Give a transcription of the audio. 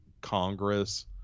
Congress